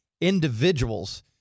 individuals